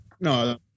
No